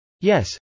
Yes